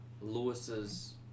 Lewis's